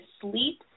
sleep